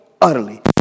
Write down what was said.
utterly